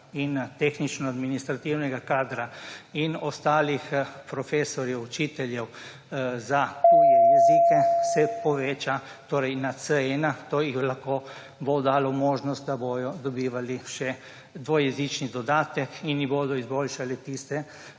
in tehnično-administrativnega kadra in ostalih profesorjev, učiteljev za tuje jezike, se poveča na C1. To jim bo lahko dalo možnost, da bojo dobivali še dvojezični dodatek in bodo izboljšali tiste